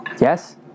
yes